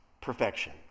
perfection